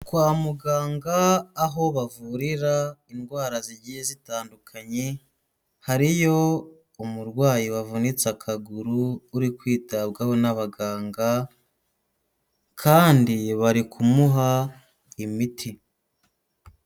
Kwa muganga aho bavurira indwara zigiye zitandukanye, hariyo umurwayi wavunitse akaguru, uri kwitabwaho n'abaganga kandi bari kumuha imiti.